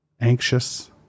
anxious